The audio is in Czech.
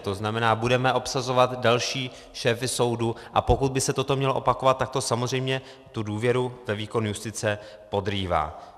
To znamená, budeme obsazovat další šéfy soudů, a pokud by se toto mělo opakovat, tak to samozřejmě důvěru ve výkon justice podrývá.